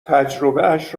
تجربهاش